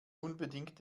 unbedingt